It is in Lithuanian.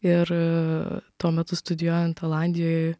ir tuo metu studijuojant olandijoj